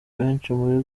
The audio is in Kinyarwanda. benshi